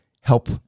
help